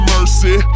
Mercy